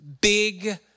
big